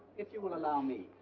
if you will allow me.